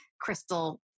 crystal